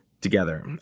together